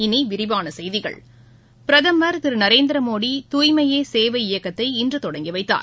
இனிவிரிவானசெய்திகள் பிரதமர் திருநரேந்திரமோடி தூய்மையேசேவை இயக்கத்தைஇன்றுதொடங்கிவைத்தார்